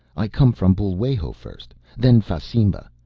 i come from bul'wajo first, then fasimba,